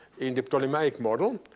in the ptolemaic model,